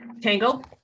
Tangle